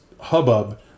hubbub